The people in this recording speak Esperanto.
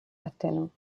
ateno